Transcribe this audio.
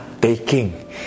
taking